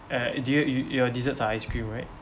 uh do your you your desserts are ice cream right